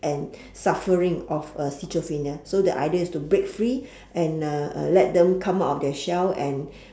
and suffering of a schizophrenia so the idea is to break free and uh uh let them come out of their shell and